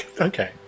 Okay